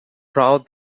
proud